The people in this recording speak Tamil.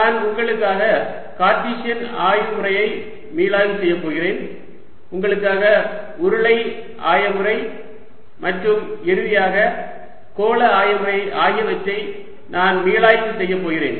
நான் உங்களுக்காக கார்ட்டீசியன் ஆய முறையை மீளாய்வு செய்யப் போகிறேன் உங்களுக்காக உருளை ஆய முறை மற்றும் இறுதியாக கோள ஆய முறை ஆகியவற்றை நான் மீளாய்வு செய்யப் போகிறேன்